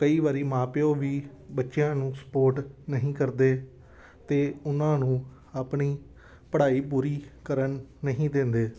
ਕਈ ਵਾਰ ਮਾਂ ਪਿਓ ਵੀ ਬੱਚਿਆਂ ਨੂੰ ਸਪੋਰਟ ਨਹੀਂ ਕਰਦੇ ਅਤੇ ਉਹਨਾਂ ਨੂੰ ਆਪਣੀ ਪੜ੍ਹਾਈ ਪੂਰੀ ਕਰਨ ਨਹੀਂ ਦਿੰਦੇ